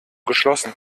geschlossen